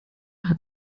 hat